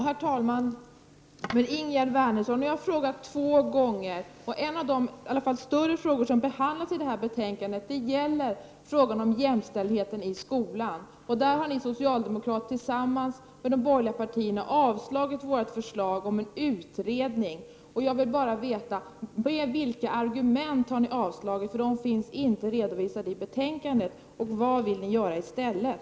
Herr talman! En av de större frågor som behandlas i betänkandet gäller jämställdheten i skolan, Ingegerd Wärnersson. På den punkten har ni socialdemokrater, tillsammans med de borgerliga partierna, avslagit vårt förslag om en utredning. Jag vill bara veta: Med vilka argument har ni avslagit förslaget? De finns nämligen inte redovisade i betänkandet. Vad vill ni göra i stället?